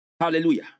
Hallelujah